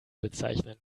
bezeichnen